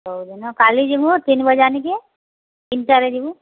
କୋଉ ଦିନ କାଲି ଯିବୁ ତିନି ବଜା ନେକେ ତିନିଟାରେ ଯିବୁ